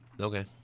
Okay